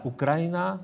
Ukrajina